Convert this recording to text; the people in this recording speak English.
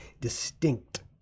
distinct